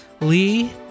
Lee